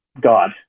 God